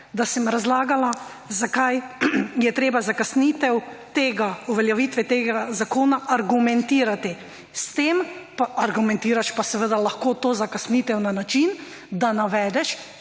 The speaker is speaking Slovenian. da sem razlagala, zakaj je treba zakasnitev uveljavitve tega zakona argumentirati. Argumentiraš pa seveda lahko to zakasnitev na način, da navedeš